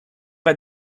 pas